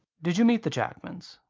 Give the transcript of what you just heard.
did you meet the jackmans?